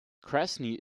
krasny